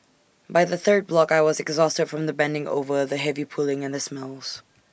by the third block I was exhausted from the bending over the heavy pulling and the smells